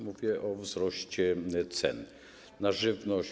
Mówię o wzroście cen na żywność.